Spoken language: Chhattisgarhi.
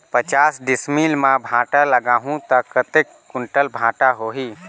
पचास डिसमिल मां भांटा लगाहूं ता कतेक कुंटल भांटा होही?